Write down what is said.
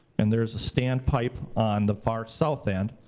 and there's a standpipe on the far south end.